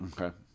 Okay